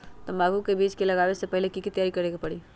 तंबाकू के बीज के लगाबे से पहिले के की तैयारी करे के परी?